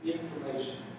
Information